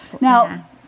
Now